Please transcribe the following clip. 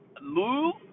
move